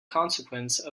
consequence